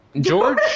George